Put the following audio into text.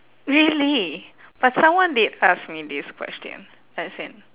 really but someone did ask me this question as in